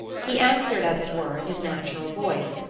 he answered as it were in his natural voice,